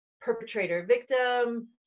perpetrator-victim